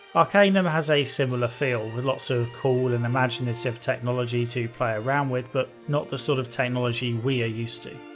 arcanum has a similar feel, with lots of so cool and imaginative technology to play around with, but not the sort of technology we are used to.